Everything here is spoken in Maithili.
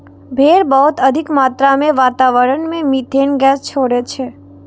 भेड़ बहुत अधिक मात्रा मे वातावरण मे मिथेन गैस छोड़ै छै